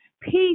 peace